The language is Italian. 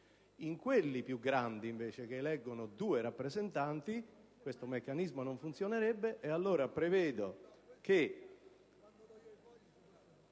distretti più grandi, invece, che eleggono due rappresentanti, questo meccanismo non funzionerebbe. Allora prevedo che,